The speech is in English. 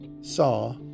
saw